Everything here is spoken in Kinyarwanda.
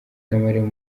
kabarebe